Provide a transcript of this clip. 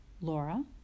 Laura